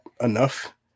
enough